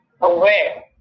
aware